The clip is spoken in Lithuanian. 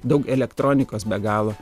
daug elektronikos be galo